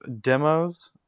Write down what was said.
demos